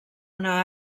una